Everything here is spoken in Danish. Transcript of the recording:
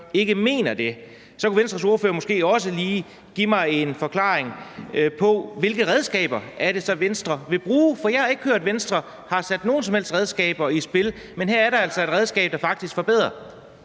ikke mener det, kunne Venstres ordfører måske lige give mig en forklaring på, hvilke redskaber det så er, Venstre vil bruge, for jeg har ikke hørt, at Venstre har sat nogen som helst redskaber i spil, men her er der altså et redskab, der faktisk forbedrer